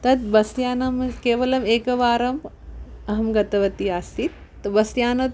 तत् बस् यानं केवलम् एकवारम् अहं गतवती आसीत् बस् यानं